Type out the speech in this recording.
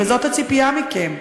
וזאת הציפייה מכם,